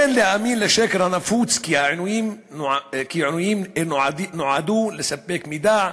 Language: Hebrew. אין להאמין לשקר הנפוץ שעינויים נועדו לספק מידע.